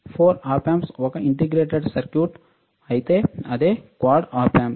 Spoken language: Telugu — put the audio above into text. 4 ఆప్ ఆంప్స్ ఒక integrated circuit quad op amp